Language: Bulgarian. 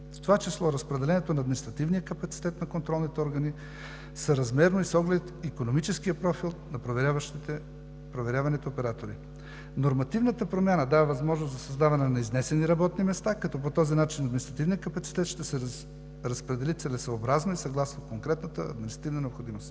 това число разпределението на административния капацитет на контролните органи съразмерно и с оглед икономическия профил на проверяваните оператори. Нормативната промяна дава възможност за създаване на изнесени работни места, като по този начин административният капацитет ще се разпредели целесъобразно и съгласно конкретната административна необходимост.